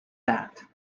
that